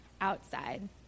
outside